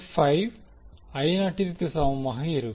5 I நாட்டிற்கு சமமாக இருக்கும்